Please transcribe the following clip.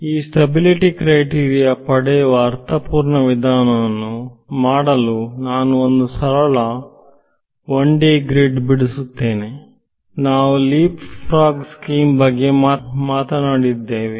ಈ stability criteria ಪಡೆಯುವ ಅರ್ಥಪೂರ್ಣ ವಿಧಾನವನ್ನು ಮಾಡಲು ನಾನು ಒಂದು ಸರಳ 1 D ಗ್ರಿಡ್ ಬಿಡಿಸುತ್ತೇನೆನಾವು ಲೀಪ್ ಫ್ರಾಗ್ ಸ್ಸ್ಕೀಮು ಬಗ್ಗೆ ಮಾತನಾಡುತ್ತಿರುವೆ